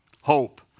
Hope